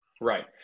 Right